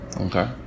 Okay